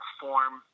form